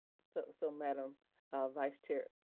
so so madam vice-chair,